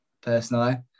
personally